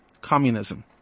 communism